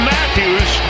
Matthews